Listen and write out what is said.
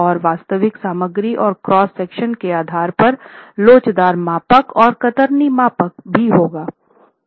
और वास्तविक सामग्री और क्रॉस सेक्शन के आधार पर लोचदार मापांक और कतरनी मापांक भी होगा